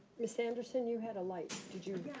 ms. anderson, you had a light. did you?